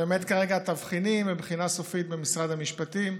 באמת כרגע התבחינים הם בבחינה סופית במשרד המשפטים.